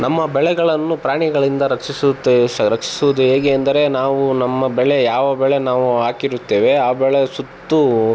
ನಮ್ಮ ಬೆಳೆಗಳನ್ನು ಪ್ರಾಣಿಗಳಿಂದ ರಕ್ಷಿಸುತ್ತೇವೆ ರಕ್ಷಿಸುವುದು ಹೇಗೆ ಅಂದರೆ ನಾವು ನಮ್ಮ ಬೆಳೆ ಯಾವ ಬೆಳೆ ನಾವು ಹಾಕಿರುತ್ತೇವೆ ಆ ಬೆಳೆ ಸುತ್ತೂ